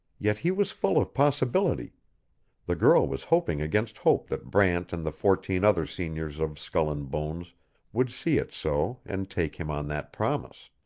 yet he was full of possibility the girl was hoping against hope that brant and the fourteen other seniors of skull and bones would see it so and take him on that promise.